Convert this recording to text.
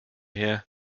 her